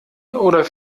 oder